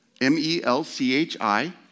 M-E-L-C-H-I